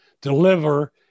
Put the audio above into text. Deliver